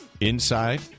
inside